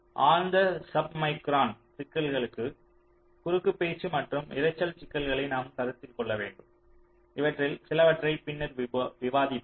ஆழ்ந்த sub micron சிக்கல்களுக்கு குறுக்கு பேச்சு மற்றும் இரைச்சல் சிக்கல்களை நாம் கருத்தில் கொள்ள வேண்டும் இவற்றில் சிலவற்றை பின்னர் விவாதிப்போம்